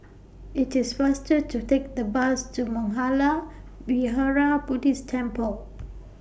IT IS faster to Take The Bus to Mangala Vihara Buddhist Temple